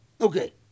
Okay